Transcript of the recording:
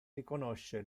riconosce